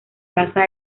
casa